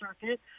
circuit